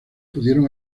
pudieron